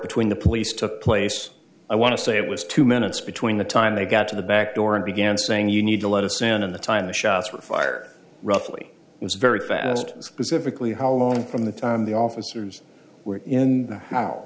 between the police took place i want to say it was two minutes between the time they got to the back door and began saying you need to let us in on the time the shots were fired roughly was very fast specifically how long from the time the officers were in